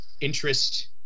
interest